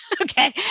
Okay